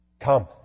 Come